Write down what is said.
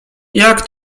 jak